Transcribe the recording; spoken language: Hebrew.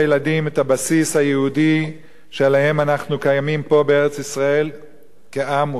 הבסיס היהודי שעליו אנחנו קיימים פה בארץ-ישראל כעם וכמדינה.